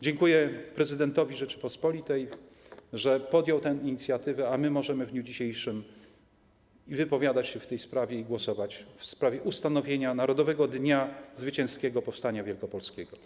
Dziękuję prezydentowi Rzeczypospolitej, że podjął tą inicjatywę, a my możemy w dniu dzisiejszym wypowiadać się w tej sprawie i głosować w sprawie ustanowienia Narodowego Dnia Zwycięskiego Powstania Wielkopolskiego.